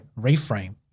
reframe